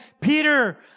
peter